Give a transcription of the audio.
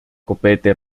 copete